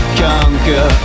conquer